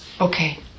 Okay